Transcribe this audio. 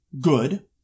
good